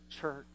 church